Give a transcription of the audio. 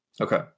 Okay